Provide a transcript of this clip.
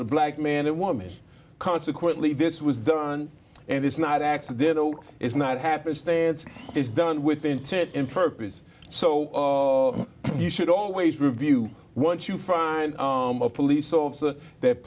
the black man and woman consequently this was done and it's not accidental it's not happenstance it's done with intent and purpose so you should always review what you find a police officer that